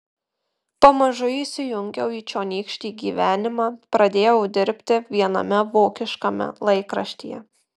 pamažu įsijungiau į čionykštį gyvenimą pradėjau dirbti viename vokiškame laikraštyje